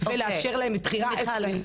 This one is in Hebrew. ולאפשר להם בחירה איפה להיות.